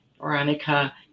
Veronica